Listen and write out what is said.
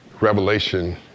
revelation